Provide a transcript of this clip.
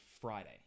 Friday